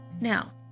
Now